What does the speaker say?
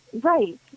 Right